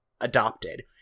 adopted